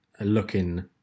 looking